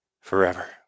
forever